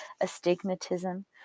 astigmatism